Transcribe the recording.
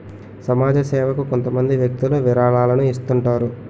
సమాజ సేవకు కొంతమంది వ్యక్తులు విరాళాలను ఇస్తుంటారు